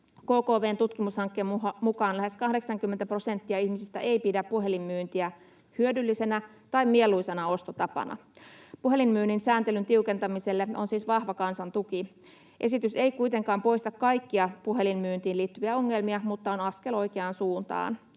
KKV:n tutkimushankkeen mukaan lähes 80 prosenttia ihmisistä ei pidä puhelinmyyntiä hyödyllisenä tai mieluisana ostotapana. Puhelinmyynnin sääntelyn tiukentamiselle on siis vahva kansan tuki. Esitys ei kuitenkaan poista kaikkia puhelinmyyntiin liittyviä ongelmia mutta on askel oikeaan suuntaan.